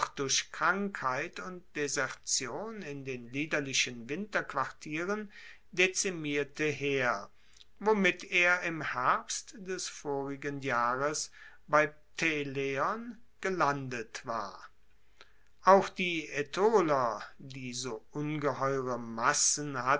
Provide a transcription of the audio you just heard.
durch krankheit und desertion in den liederlichen winterquartieren dezimierte heer womit er im herbst des vorigen jahres bei pteleon gelandet war auch die aetoler die so ungeheure massen